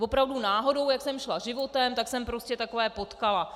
Opravdu náhodou, jak jsem šla životem, tak jsem prostě takové potkala.